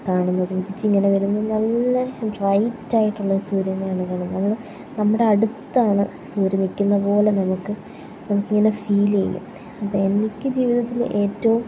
കാണുന്നത് ഉദിച്ചിങ്ങനെ വരുന്നത് നല്ല ബ്രൈറ്റായിട്ടുള്ള സൂര്യനെയാണ് കാണുന്നത് നമ്മൾ നമ്മുടെ അടുത്താണ് സൂര്യൻ നിൽക്കുന്നതുപോലെ നമുക്ക് നമുക്കിങ്ങനെ ഫീൽ ചെയ്യും എനിക്ക് ജീവിതത്തിൽ ഏറ്റവും